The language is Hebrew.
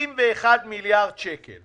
אם הוא לא הגיש עד 21:00 לא ניתן לקבל